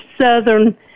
southern